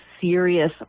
serious